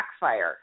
backfire